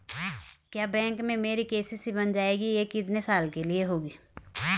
क्या बैंक में मेरी के.सी.सी बन जाएगी ये कितने साल के लिए होगी?